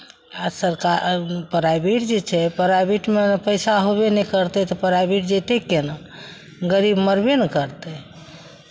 आ सरका प्राइभेट जे छै प्राइभेटमे पैसा होयबे नहि करतै तऽ प्राइभेट जयतै केना गरीब मरबे ने करतै